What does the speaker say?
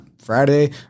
Friday